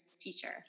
teacher